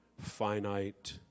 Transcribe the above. finite